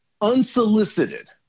unsolicited